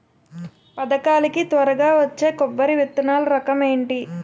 పథకాల కి త్వరగా వచ్చే కొబ్బరి విత్తనాలు రకం ఏంటి?